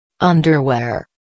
Underwear